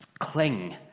Cling